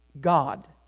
God